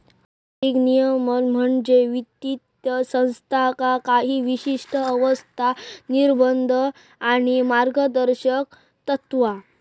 आर्थिक नियमन म्हणजे वित्तीय संस्थांका काही विशिष्ट आवश्यकता, निर्बंध आणि मार्गदर्शक तत्त्वा